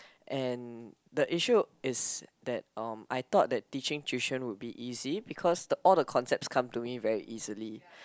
and the issue is that um I thought that teaching tuition would be easy because all the concepts come to me very easily